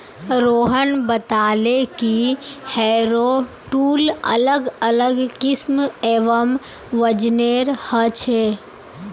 रोहन बताले कि harrow tool अलग अलग किस्म एवं वजनेर ह छे